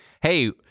Hey